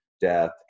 death